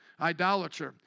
Idolatry